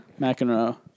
McEnroe